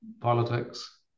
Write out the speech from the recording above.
politics